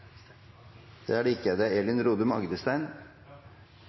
Det er det ikke. Det er